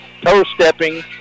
toe-stepping